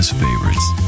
favorites